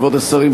כבוד השרים,